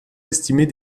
estimés